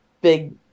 big